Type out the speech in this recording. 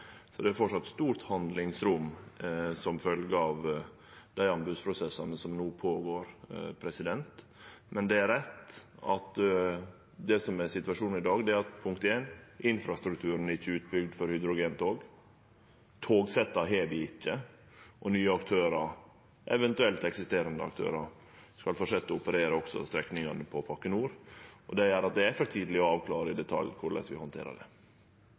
er framleis stort handlingsrom som følgje av dei anbodsprosessane som no går føre seg, men det er rett at situasjonen i dag er at infrastrukturen for hydrogentog ikkje er bygd ut, togsetta har vi ikkje, og nye aktørar, eventuelt eksisterande aktørar, skal fortsetje å operere på strekningane i Pakke nord. Det gjer at det er for tidleg å avklare i detalj korleis vi handterer det.